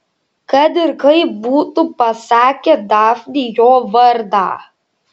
kad ir kaip būtų pasakė dafnei jo vardą